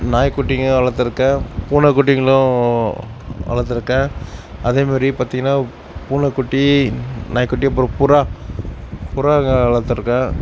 நாய் குட்டிங்கள் வளர்த்துருக்கேன் பூனை குட்டிங்களும் வளர்த்துருக்கேன் அதே மாதிரி பார்த்திங்கனா பூனைக்குட்டி நாய்க்குட்டி அப்புறம் புறா புறாங்கள் வளர்த்துருக்கேன்